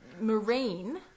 Marine